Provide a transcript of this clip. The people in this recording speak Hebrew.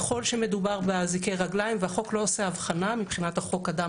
ככל שמדובר באזיקי רגליים והחוק לא עושה הבחנה ומבחינת החוק אדם